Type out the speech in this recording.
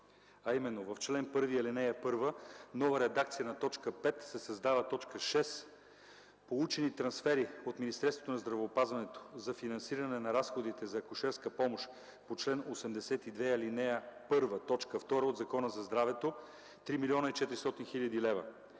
а именно в чл. 1, ал. 1 – нова редакция на т. 5 и се създава т. 6: „5. Получени трансфери от Министерството на здравеопазването за финансиране на разходите за акушерска помощ по чл. 82, ал. 1, т. 2 от Закона за здравето – 3 млн. 400 хил. лв.